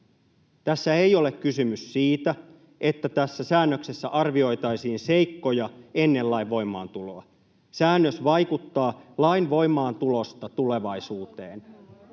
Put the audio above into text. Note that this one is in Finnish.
Tässä ei ole kysymys siitä, että tässä säännöksessä arvioitaisiin seikkoja ennen lain voimaantuloa. Säännös vaikuttaa lain voimaantulosta tulevaisuuteen.